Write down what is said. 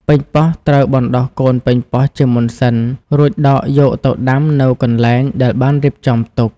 ប៉េងប៉ោះ ត្រូវបណ្ដុះកូនប៉េងប៉ោះជាមុនសិន រួចដកយកទៅដាំនៅកន្លែងដែលបានរៀបចំទុក។